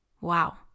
Wow